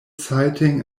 citing